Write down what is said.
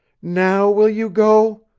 now will you go?